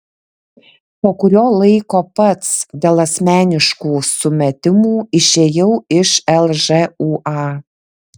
po kurio laiko pats dėl asmeniškų sumetimų išėjau iš lžūa